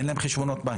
אין להם חשבונות בנק,